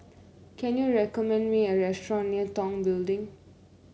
can you recommend me a restaurant near Tong Building